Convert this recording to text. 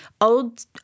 old